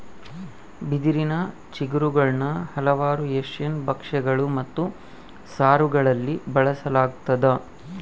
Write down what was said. ಬಿದಿರಿನ ಚಿಗುರುಗುಳ್ನ ಹಲವಾರು ಏಷ್ಯನ್ ಭಕ್ಷ್ಯಗಳು ಮತ್ತು ಸಾರುಗಳಲ್ಲಿ ಬಳಸಲಾಗ್ತದ